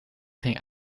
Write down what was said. ging